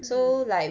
mm